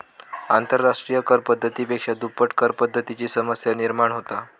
आंतरराष्ट्रिय कर पद्धती पेक्षा दुप्पट करपद्धतीची समस्या निर्माण होता